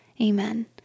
Amen